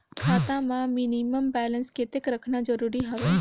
खाता मां minimum balance कतेक रखना जरूरी हवय?